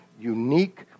unique